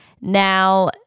Now